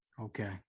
Okay